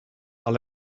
are